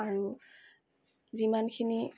আৰু যিমানখিনি